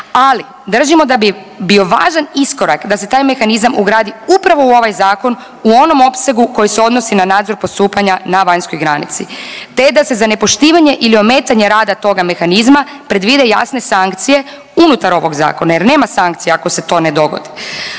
ali držimo da bi bio važan iskorak da se taj mehanizam ugradi upravo u ovaj zakon u onom opsegu koji se odnosi na nadzor postupanja na vanjskoj granici, te da se za nepoštivanje ili ometanje rada toga mehanizma predvide jasne sankcije unutar ovog zakona jer nema sankcija ako se to ne dogodi.